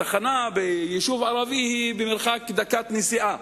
התחנה ביישוב ערבי היא במרחק דקה של נסיעה,